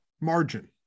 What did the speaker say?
margin